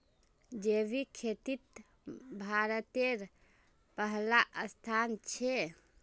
जैविक खेतित भारतेर पहला स्थान छे